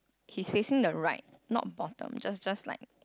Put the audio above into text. he's facing the right not bottom just just like